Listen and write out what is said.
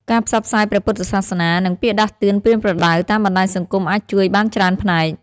ការផ្សព្វផ្សាយព្រះពុទ្ធសាសនា និងពាក្យដាស់តឿនប្រៀនប្រដៅតាមបណ្តាញសង្គមអាចជួយបានច្រើនផ្នែក។